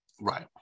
Right